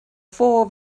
four